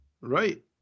Right